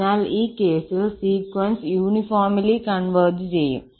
അതിനാൽ ഈ കേസിൽസീക്വൻസ് യൂണിഫോംലി കോൺവെർജ് ചെയ്യും